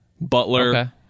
butler